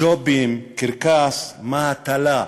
ג'ובים, קרקס, מהתלה.